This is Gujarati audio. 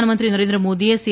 પ્રધાનમંત્રી નરેન્દ્ર મોદીએ સી